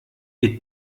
wir